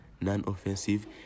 non-offensive